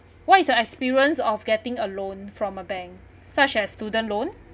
what is your experience of getting a loan from a bank such as student loan